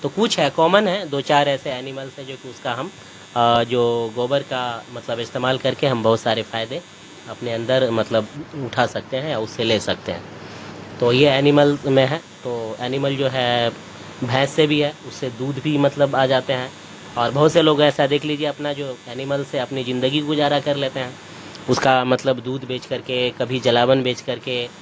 تو کچھ ہے کامن ہے دو چار ایسے اینملس ہیں جو اس کا ہم جو گوبر کا مطلب استعمال کر کے ہم بہت سارے فائدے اپنے اندر مطلب اٹھا سکتے ہیں اور اس سے لے سکتے ہیں تو یہ اینمل میں ہے تو اینمل جو ہے بھینس سے بھی ہے اس سے دودھ بھی مطلب آ جاتے ہیں اور بہت سے لوگ ایسا دیکھ لیجیے اپنا جو اینملس سے اپنی زندگی گزارہ کر لیتے ہیں اس کا مطلب دودھ بیچ کر کے کبھی جلاون بیچ کر کے